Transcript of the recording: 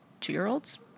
two-year-olds